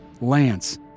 Lance